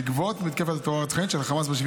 בעקבות מתקפת הטרור הרצחנית של חמאס ב-7